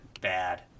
bad